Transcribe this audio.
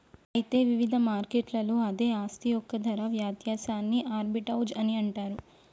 అయితే వివిధ మార్కెట్లలో అదే ఆస్తి యొక్క ధర వ్యత్యాసాన్ని ఆర్బిటౌజ్ అని అంటారు